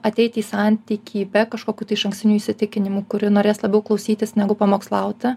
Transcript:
ateiti į santykį be kažkokių tai išankstinių įsitikinimų kuri norės labiau klausytis negu pamokslauti